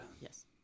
Yes